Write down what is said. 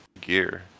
gear